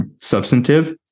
Substantive